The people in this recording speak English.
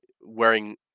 wearing